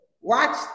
Watch